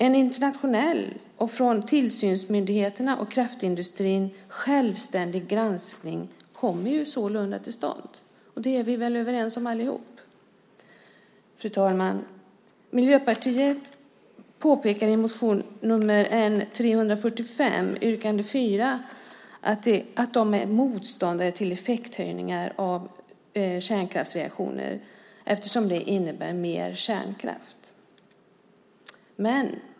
En internationell och från tillsynsmyndigheterna och kraftindustrin självständig granskning kommer sålunda till stånd. Det är vi väl överens om allihop! Fru talman! Miljöpartiet påpekar i yrkande 4 i motion N345 att de är motståndare till effekthöjningar av kärnkraftsreaktorer eftersom det innebär mer kärnkraft.